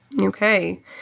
Okay